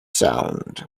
sound